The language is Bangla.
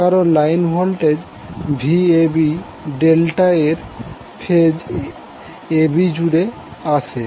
কারণ লাইন ভোল্টেজ Vab ডেল্টা এর ফেজ AB জুড়ে আসে